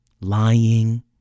lying